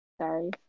Sorry